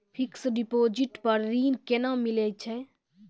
Fixed deposit पर ऋण केना मिलै छै?